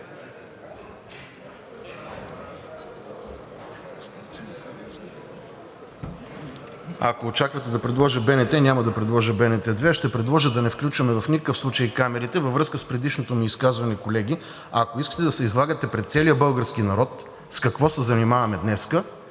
Ако очаквате да предложа БНТ, няма да предложа БНТ 2, а ще предложа да не включваме в никакъв случай камерите във връзка с предишното ми изказване, колеги. Ако искате да се излагате пред целия български народ с какво се занимаваме днес,